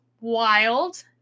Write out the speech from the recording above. wild